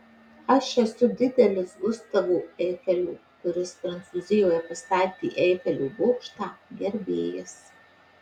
aš esu didelis gustavo eifelio kuris prancūzijoje pastatė eifelio bokštą gerbėjas